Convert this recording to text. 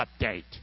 update